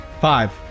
Five